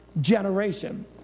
generation